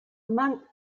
monk